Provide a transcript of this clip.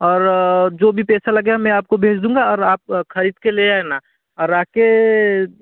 और जो भी पैसा लगेगा मैं आप को भेज दूँगा और आप खरीद के ले आना और आके